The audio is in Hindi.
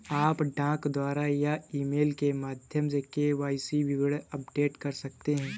आप डाक द्वारा या ईमेल के माध्यम से के.वाई.सी विवरण अपडेट कर सकते हैं